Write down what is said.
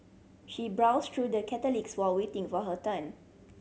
she browsed through the catalogues while waiting for her turn